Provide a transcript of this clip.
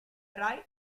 rai